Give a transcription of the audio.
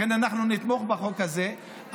לכן אנחנו נתמוך בחוק הזה,